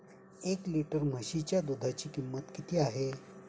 एक लिटर म्हशीच्या दुधाची किंमत किती आहे?